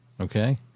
Okay